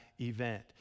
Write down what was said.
event